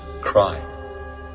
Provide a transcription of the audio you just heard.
cry